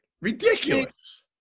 Ridiculous